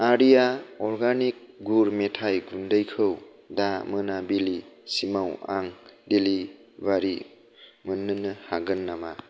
Arya organic गुर मेथाइ गुन्दैखौ दा मोनाबिलि सिमाव आं देलिबारि मोननो हागोन नामा